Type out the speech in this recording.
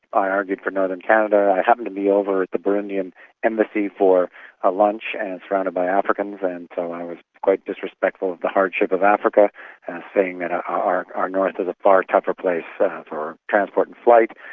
i argued for northern canada. i happened to be over at the burundian embassy for a lunch and surrounded by africans and so i was quite disrespectful of the hardship of africa in and saying that ah our our north is a far tougher place so for transport and flight.